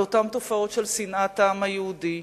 על אותן תופעות של שנאת העם היהודי,